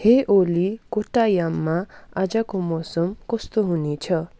हे ओली कोट्टायाममा आजको मौसम कस्तो हुनेछ